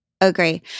Agree